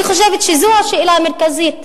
אני חושבת שזו השאלה המרכזית.